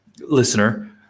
listener